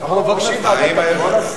אנחנו מבקשים ועדת הפנים.